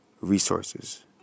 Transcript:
resources